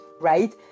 Right